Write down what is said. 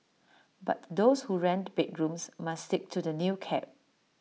but those who rent bedrooms must stick to the new cap